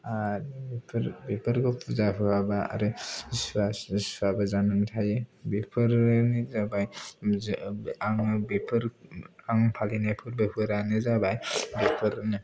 आरो बेफोर बेफोरखौ फुजा होआबा आरो सुवा सुवाबो जानानै थायो बेफोरनो जाबाय आङो बेफोर आं फालिनाय फोरबोफोरानो जाबाय बेफोरनो